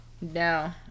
No